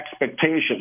expectations